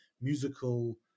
musical